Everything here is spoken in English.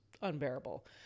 unbearable